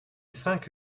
cinq